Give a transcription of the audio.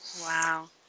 Wow